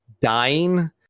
dying